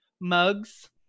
mugs